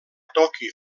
tòquio